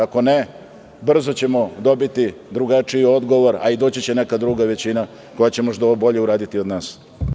Ako ne, brzo ćemo dobiti drugačiji odgovor, a i doći će neka druga većina koja će možda ovo bolje uraditi od nas.